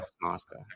Master